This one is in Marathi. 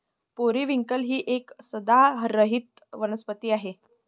पेरिव्हिंकल ही एक सदाहरित वनस्पती प्रजाती आहे